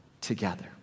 together